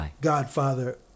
godfather